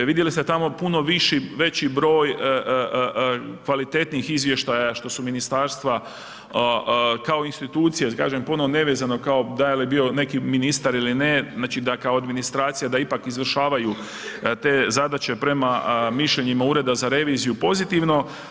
Vidjeli ste tamo puno viši, veći broj kvalitetnijih izvještaja što su ministarstva kao institucije kažem puno nevezano kao da li je bio neki ministar ili ne, znači da kao administracija da ipak izvršavaju te zadaće prema mišljenjima Ureda za reviziju pozitivno.